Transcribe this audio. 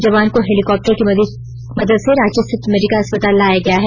जवान को हेलीकॉप्टर की मदद से रांची स्थित मेडिका अस्पताल लाया गया है